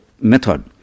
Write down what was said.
method